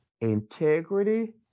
integrity